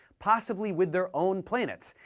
possibly with their own planets,